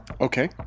Okay